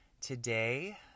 today